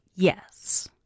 Yes